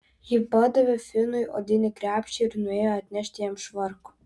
ji padavė finui odinį krepšį ir nuėjo atnešti jam švarko